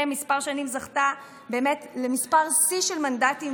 כמה שנים זכתה באמת למספר שיא של מנדטים,